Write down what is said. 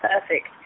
perfect